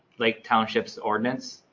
lake townships ordinance?